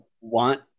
want